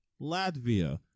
Latvia